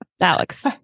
alex